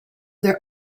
their